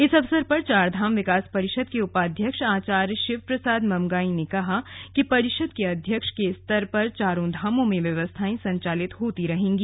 इस अवसर पर चारधाम विकास परिषद के उपाध्यक्ष आचार्य शिव प्रसाद मंमगाई ने कहा कि परिषद के अध्यक्ष के स्तर पर चारों धामों में व्यवस्थाएं संचालित होती रहेंगी